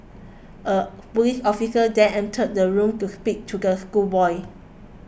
a police officer then entered the room to speak to the schoolboy